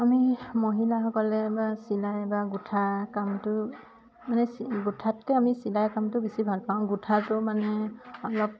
আমি মহিলাসকলে বা চিলাই বা গোঁঠাৰ কামটো মানে গোঁঠাতকে আমি চিলাই কামটো বেছি ভাল পাওঁ গোঁঠাটো মানে অলপ